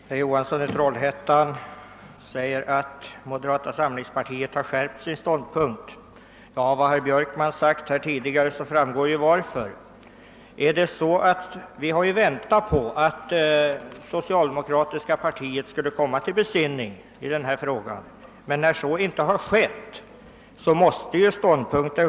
Herr talman! Herr Johansson i Trollhättan säger att moderata samlingspartiet skärpt sin ståndpunkt. Av vad herr Björkman redan sagt framgår varför så har skett. Vi har väntat på att det socialdemokratiska partiet skulle komma till besinning i denna fråga. Men när så inte har varit fallet, måste vi skärpa vår ståndpunkt.